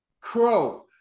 Crow